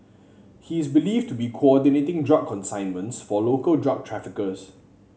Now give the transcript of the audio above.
he is believed to be coordinating drug consignments for local drug traffickers